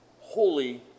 holy